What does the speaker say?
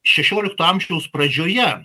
šešiolikto amžiaus pradžioje